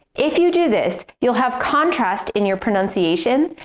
if you do this, you'll have contrast in your pronunciation,